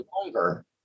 longer